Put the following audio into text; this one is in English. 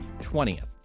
20th